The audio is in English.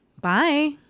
Bye